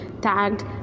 tagged